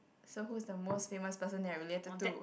so who is the most famous person that you related to